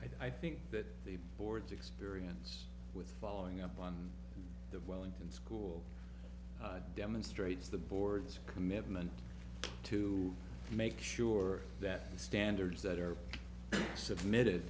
that i think that the board's experience with following up on the wellington school demonstrates the board's commitment to make sure that the standards that are submitted